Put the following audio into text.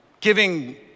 giving